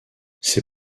ses